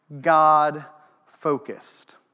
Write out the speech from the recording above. God-focused